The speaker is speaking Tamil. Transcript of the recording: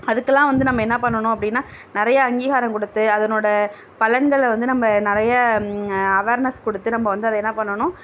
அதுக்கெலாம் வந்து நம்ம என்ன பண்ணணும் அப்படின்னா நிறைய அங்கீகாரம் கொடுத்து அதனோடய பலன்களை வந்து நம்ப நிறைய அவேர்னஸ் கொடுத்து நம்ப வந்து அதை என்ன பண்ணணும்